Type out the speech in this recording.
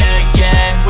again